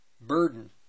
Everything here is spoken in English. burden